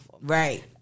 right